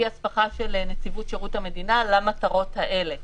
הסמכה של נציבות שירות המדינה למטרות האלה.